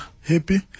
Happy